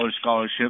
scholarship